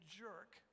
jerk